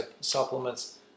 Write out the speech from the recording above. supplements